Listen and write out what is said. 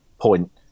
point